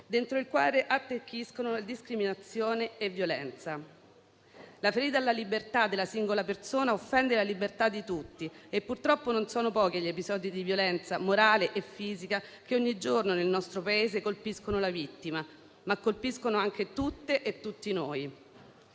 dentro il quale attecchiscono discriminazione e violenza. La ferita alla libertà della singola persona offende la libertà di tutti e purtroppo non sono pochi gli episodi di violenza morale e fisica che ogni giorno nel nostro Paese colpiscono la vittima, ma colpiscono anche tutte e tutti noi.